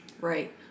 Right